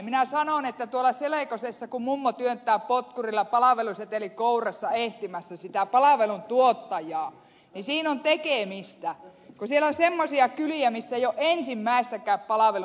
minä sanon että tuolla selekosessa kun mummo työntää potkuria palveluseteli kourassa etsimässä sitä palveluntuottajaa niin siinä on tekemistä kun siellä on semmoisia kyliä missä ei ole ensimmäistäkään palveluntuottajaa